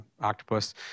octopus